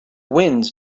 winds